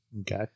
okay